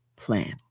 plan